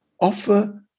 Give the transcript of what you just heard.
offer